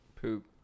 Poop